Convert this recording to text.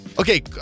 Okay